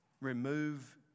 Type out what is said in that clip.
remove